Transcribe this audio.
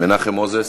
מנחם מוזס,